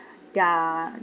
they're